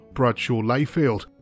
Bradshaw-Layfield